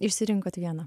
išsirinkot vieną